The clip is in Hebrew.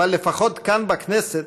אבל לפחות כאן, בכנסת,